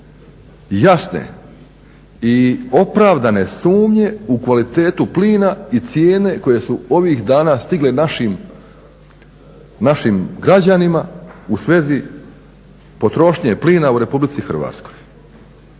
jasne i opravdane sumnje u kvalitetu plina i cijene koje su ovih dana stigle našim građanima u svezi potrošnje plina u Republici Hrvatskoj.